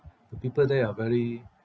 the people there are very